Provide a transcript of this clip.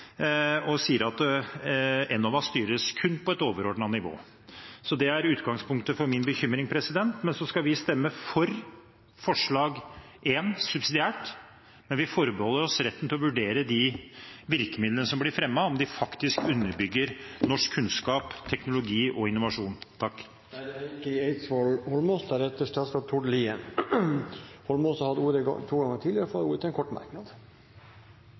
og sier at Enova styres kun på et overordnet nivå. Det er utgangspunktet for min bekymring. Så skal vi stemme subsidiært for forslag nr. 1, men vi forbeholder oss retten til å vurdere de virkemidlene som blir fremmet, om de faktisk underbygger norsk kunnskap, teknologi og innovasjon. Representanten Heikki Eidsvoll Holmås har hatt ordet to ganger tidligere og får ordet til en kort merknad,